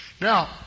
Now